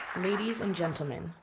ladies and gentlemen,